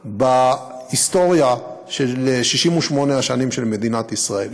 בהיסטוריה של 68 השנים של מדינת ישראל.